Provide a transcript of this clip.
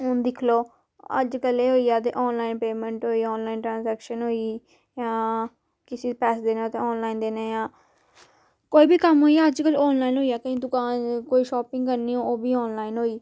हून दिक्खी लैओ अज्जकल एह् होई गेआ ते आनलाइन पेमैंट होई आनलाइन ट्रांजेक्शन होई गेई किसे दे पैहे् देने होन ते आनलाइन दिन्ने आं कोई बी कम्म होई गेआ अज्जकल आनलाइन होई गेआ अज्जकल दुकान कोई शापिंग करनी होऐ ओह् बी आनलाइन होई